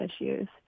issues